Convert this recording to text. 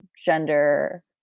gender